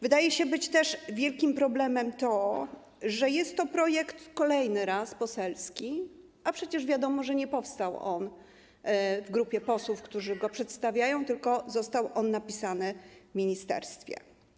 Wydaje się też wielkim problemem to, że jest to projekt kolejny raz poselski, a przecież wiadomo, że nie powstał on w grupie posłów, którzy go przedstawiają, tylko został napisany w ministerstwie.